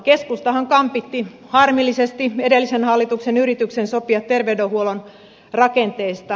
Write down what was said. keskustahan kampitti harmillisesti edellisen hallituksen yrityksen sopia terveydenhuollon rakenteista